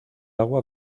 agua